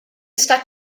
está